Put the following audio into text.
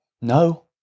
No